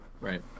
right